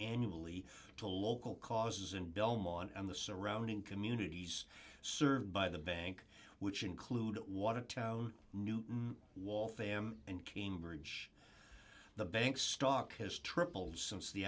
annually to local causes in belmont and the surrounding communities served by the bank which include watertown new wall pham and cambridge the bank's stock has tripled since the